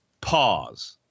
pause